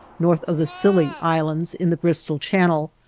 north of the scilly isles, in the bristol channel,